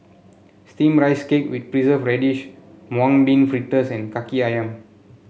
steamed Rice Cake with Preserved Radish Mung Bean Fritters and kaki ayam